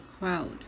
crowd